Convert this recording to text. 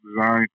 design